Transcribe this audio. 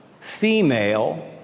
female